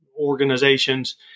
organizations